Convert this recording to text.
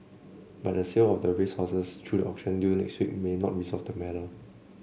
but the sale of the racehorses through the auction due next week may not resolve the matter